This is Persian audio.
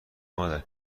مادر